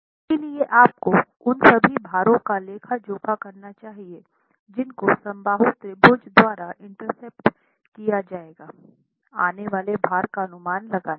इसलिए आपको उन सभी भारों का लेखा जोखा करना चाहिए जिनको समबाहु त्रिभुज द्वारा इंटरसेप्ट किया जाएगा आने वाले भार का अनुमान लगाने के लिए